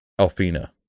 Alfina